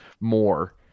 more